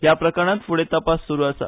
ह्या प्रकरणाचो फुडलो तपास सुरू आसा